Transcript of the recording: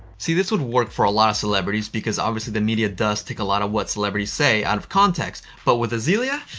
see, this would work for a lot of celebrities because obviously, the media does take a lot of what celebrities say out of context. but with azealia,